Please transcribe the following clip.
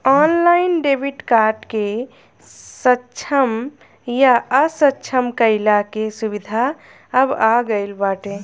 online debit card के सक्षम या असक्षम कईला के सुविधा अब आ गईल बाटे